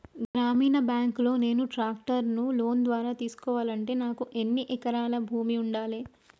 గ్రామీణ బ్యాంక్ లో నేను ట్రాక్టర్ను లోన్ ద్వారా తీసుకోవాలంటే నాకు ఎన్ని ఎకరాల భూమి ఉండాలే?